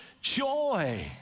joy